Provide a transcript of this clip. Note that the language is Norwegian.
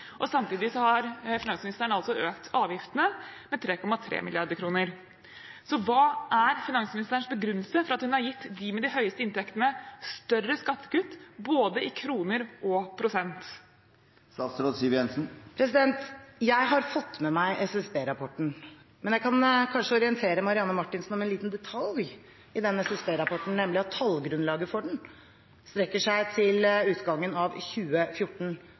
har finansministeren altså økt avgiftene med 3,3 mrd. kr. Så hva er finansministerens begrunnelse for at hun har gitt dem med de høyeste inntektene større skattekutt, både i kroner og i prosent? Jeg har fått med meg SSB-rapporten, men jeg kan kanskje orientere Marianne Marthinsen om en liten detalj i den SSB-rapporten, nemlig at tallgrunnlaget for den strekker seg til utgangen av 2014.